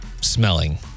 Smelling